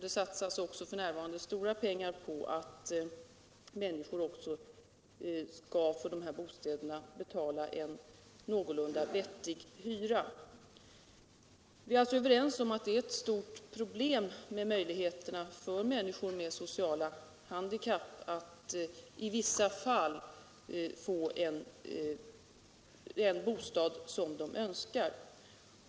Det satsas också f. n. stora pengar på att människor skall få betala en någorlunda vettig hyra för sina bostäder. Vi är alltså överens om att det i vissa fall är ett stort problem för människor med sociala handikapp att få den bostad som de önskar.